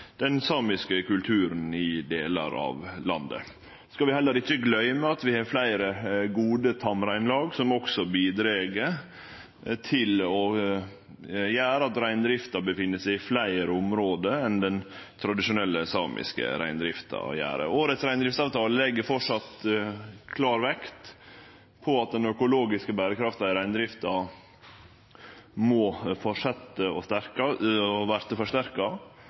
den samiske kulturen i delar av landet. Så skal vi heller ikkje gløyme at vi har fleire gode tamreinlag, som også bidreg til å gjere at det er reindrift i fleire område enn der den tradisjonelle samiske reindrifta er. Reindriftsavtalen for i år legg framleis klar vekt på at den økologiske berekrafta i reindrifta må fortsetje og verte forsterka.